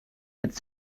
with